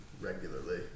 regularly